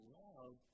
love